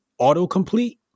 autocomplete